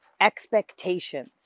expectations